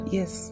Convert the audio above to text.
Yes